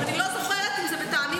אני לא זוכרת אם זה בתענית,